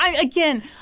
Again